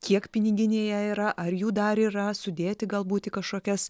kiek piniginėje yra ar jų dar yra sudėti galbūt į kažkokias